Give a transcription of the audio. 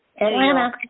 Atlanta